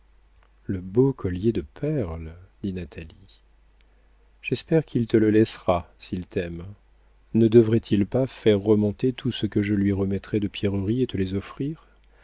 le beau collier de perles dit natalie j'espère qu'il te le laissera s'il t'aime ne devrait-il pas faire remonter tout ce que je lui remettrai de pierreries et te les offrir